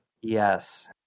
Yes